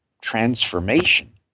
transformation